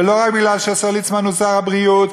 ולא רק מפני שהשר ליצמן הוא שר הבריאות,